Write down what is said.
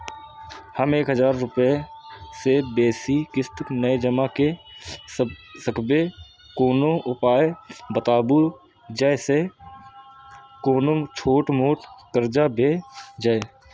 हम एक हजार रूपया से बेसी किस्त नय जमा के सकबे कोनो उपाय बताबु जै से कोनो छोट मोट कर्जा भे जै?